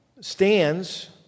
stands